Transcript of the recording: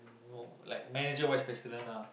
no like manager vice president ah